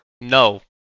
no